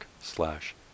slash